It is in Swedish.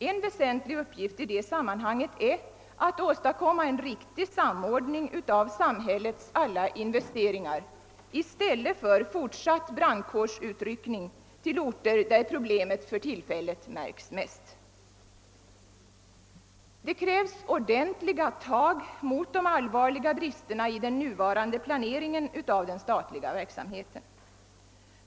En väsentlig uppgift i detta sammanhang är att åstadkomma en riktig samordning av samhällets alla investeringar i stället för att fortsätta med brandkårsutryckningar till de orter där problemen för tillfället märks mest. Det krävs ordentliga tag mot de all varliga bristerna i den nuvarande planeringen av den statliga verksamheten.